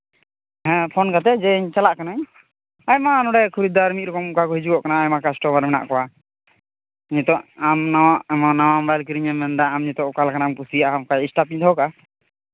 ᱦᱮᱸ ᱯᱷᱳᱱ ᱠᱟᱛᱮᱫ ᱡᱮ ᱤᱧ ᱪᱟᱞᱟᱜ ᱠᱟᱹᱱᱟᱹᱧ ᱟᱭᱢᱟ ᱱᱚᱸᱰᱮ ᱠᱷᱚᱨᱤᱫᱽᱫᱟᱨ ᱢᱤᱫ ᱨᱚᱠᱚᱢ ᱱᱚᱰᱮᱠᱟ ᱦᱤᱡᱩᱜᱚᱜ ᱠᱟᱱᱟ ᱟᱭᱢᱟ ᱠᱟᱥᱴᱚᱢᱟᱨ ᱢᱮᱱᱟᱜ ᱠᱚᱣᱟ ᱱᱤᱛᱚᱜ ᱟᱢ ᱱᱚᱣᱟ ᱱᱟᱣᱟ ᱢᱳᱵᱟᱭᱤᱞ ᱠᱤᱨᱤᱧ ᱮᱢ ᱢᱮᱱᱫᱟ ᱟᱢ ᱱᱤᱛᱚᱜ ᱚᱠᱟ ᱞᱮᱠᱟᱱᱟᱜ ᱮᱢ ᱠᱩᱥᱤᱭᱟᱜᱼᱟ ᱟᱢ ᱚᱱᱠᱟ ᱥᱴᱟᱯ ᱤᱧ ᱫᱚᱦᱚ ᱠᱟᱣᱟ